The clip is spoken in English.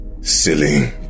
Silly